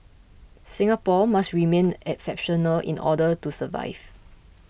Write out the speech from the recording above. Singapore must remain exceptional in order to survive